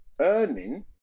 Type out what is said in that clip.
earning